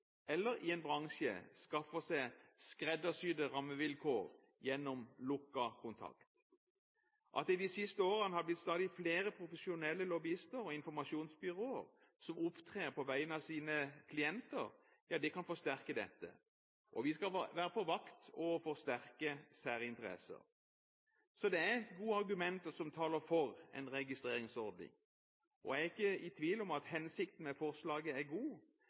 eller i en bransje skaffer seg skreddersydde rammevilkår gjennom lukket kontakt. At det i de siste årene har blitt stadig flere profesjonelle lobbyister og informasjonsbyråer som opptrer på vegne av sine klienter, kan forsterke dette, og vi skal være på vakt overfor sterke særinteresser. Så det er gode argumenter som taler for en registreringsordning, og jeg er ikke i tvil om at hensikten med forslaget er god,